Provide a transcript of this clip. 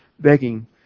begging